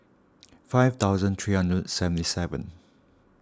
five thousand three hundred and seventy seven